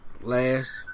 Last